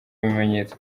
bimenyetso